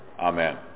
Amen